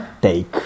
take